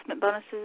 bonuses